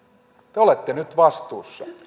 te olette nyt vastuussa